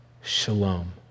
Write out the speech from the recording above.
shalom